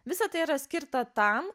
visa tai yra skirta tam